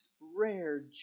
rare